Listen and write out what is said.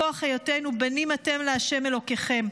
מכוח היותנו "בנים אתם לה' אלוקיכם".